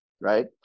right